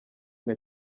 nka